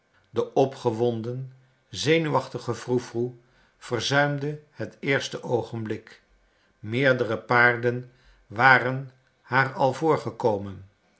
de opgewonden zenuwachtige froe froe verzuimde het eerste oogenblik meerdere paarden waren haar al